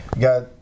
Got